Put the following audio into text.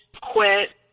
quit